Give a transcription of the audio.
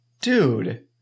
Dude